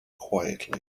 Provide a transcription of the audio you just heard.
quietly